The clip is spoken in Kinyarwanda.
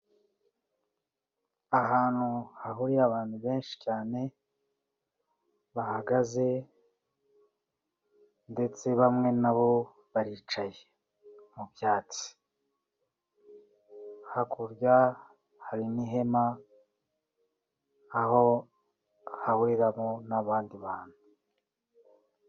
Ahantu hahuriye abantu benshi cyane bahagaze ndetse bamwe nabo baricaye mu byatsi, hakurya hari n'ihema aho hahuriramo n'abandi bantu.